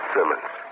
Simmons